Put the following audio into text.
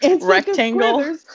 rectangle